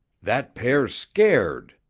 that pair's scared,